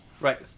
right